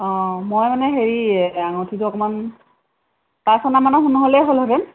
অঁ মই মানে হেৰি আঙঠিটো অকণমান পাঁচ অনামানৰ সোণৰ হ'লেই হ'লহেতেন